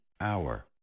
hour